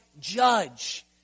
judge